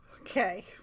okay